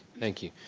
thank you.